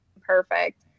perfect